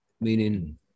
meaning